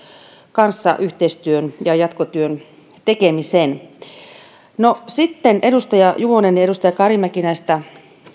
kanssa yhteistyön ja jatkotyön tekemisen sitten edustaja juvonen ja edustaja karimäki näistä